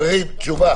חברים, תשובה